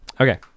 Okay